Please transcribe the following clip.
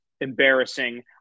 embarrassing